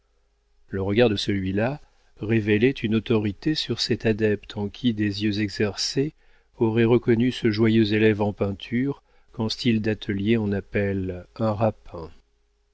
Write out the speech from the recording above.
le regard de celui-là révélait une autorité sur cet adepte en qui des yeux exercés auraient reconnu ce joyeux élève en peinture qu'en style d'atelier on appelle un rapin